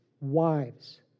wives